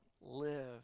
live